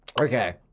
Okay